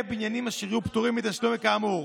בניינים אשר יהיו פטורים מתשלום כאמור,